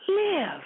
live